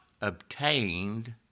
obtained